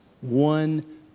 one